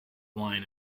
wine